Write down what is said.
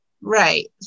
Right